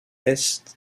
east